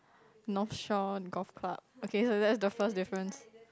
North Shore Golf Club okay so that's the first difference